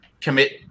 commit